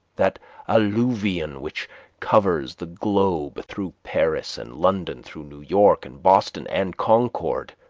that alluvion which covers the globe, through paris and london, through new york and boston and concord,